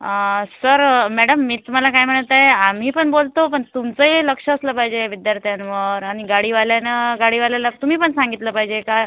अं sir madam मी तुम्हाला काय म्हणत आहे आम्ही पण बोलतो पण तुमचंही लक्ष असेल पाहिजे विद्यार्थ्यांवर आणि गाडीवाल्यानं गाडीवाल्याला तुम्ही पण सांगितलं पाहिजे का